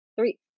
three